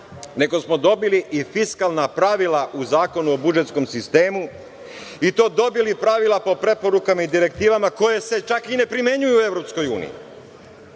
nego smo dobili i fiskalna pravila u Zakonu o budžetskom sistemu, i to dobili pravila po preporukama i direktivama koje se čak i ne primenjuju u EU.